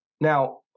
Now